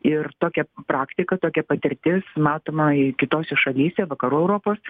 ir tokia praktika tokia patirtis matoma ir kitose šalyse vakarų europos